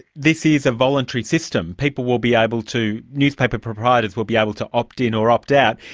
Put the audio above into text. this is a voluntary system. people will be able to, newspaper proprietors will be able to opt in or opt out,